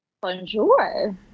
Bonjour